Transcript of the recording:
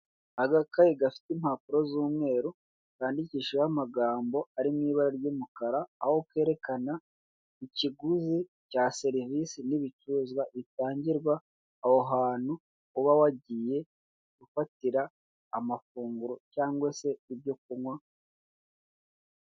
Agakayi gafite impapuro z'umweru zandikishijeho amagambo ari mu ibara ry'umukara aho kerekana ikiguzi cya serivisi n'ibiciruzwa bitangirwa aho hantu uba wagiye gufatira amafunguro cyangwa se ibyo kunywa.